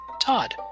Todd